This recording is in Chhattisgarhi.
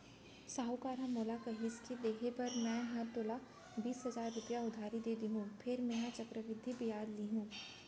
साहूकार ह मोला कहिस के देहे बर मैं हर तोला बीस हजार रूपया उधारी दे देहॅूं फेर मेंहा चक्रबृद्धि बियाल लुहूं